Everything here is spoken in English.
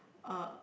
uh